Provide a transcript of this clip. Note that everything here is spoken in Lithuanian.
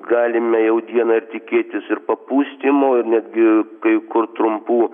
galime jau dieną ir tikėtis ir papustymo ir netgi kai kur trumpų